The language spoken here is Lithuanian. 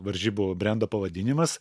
varžybų brendo pavadinimas